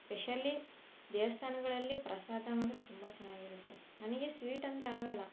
specially ದೇವಸ್ಥಾನಗಳಲ್ಲಿ ಪ್ರಸಾದ ಮಾತ್ರ ತುಂಬ ಚೆನ್ನಾಗಿರುತ್ತೆ ನನಗೆ ಸ್ವೀಟ್ ಅಂದರೆ ಆಗೋಲ್ಲ